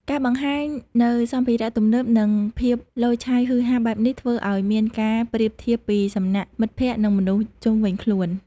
ការបង្ហាញនៅសម្ភារៈទំនើបនិងភាពឡូយឆាយហុឺហាបែបនេះធ្វើឲ្យមានការប្រៀបធៀបពីសំណាក់មិត្តភក្តិនិងមនុស្សជុំវីញខ្លួន។